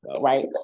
right